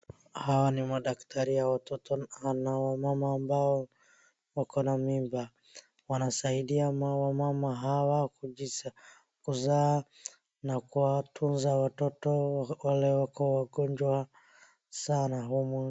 Hawa ni madaktari ya watoto na wamama ambao wako na mimba. Wanasaidia wamama hawa kuzaa na kuwatunza watoto wale wako wagonjwa sana.